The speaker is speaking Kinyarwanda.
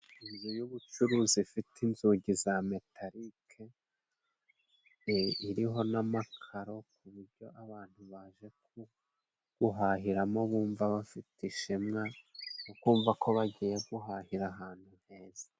Inzu y'ubucuruzi ifite inzugi za metarike, iriho n'amakararo ku buryo abantu baje guhahiramo bumva bafite ishema no kumvamva ko bagiye guhahira ahantu heza.